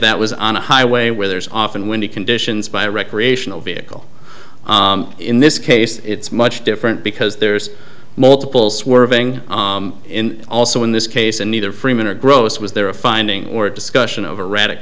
that was on a highway where there's often windy conditions by a recreational vehicle in this case it's much different because there's multiple swerving in also in this case and neither freeman or gross was there a finding or a discussion of erratic